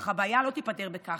אך הבעיה לא תיפתר בכך.